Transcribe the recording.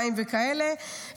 מים וכאלה,